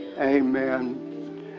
Amen